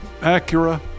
Acura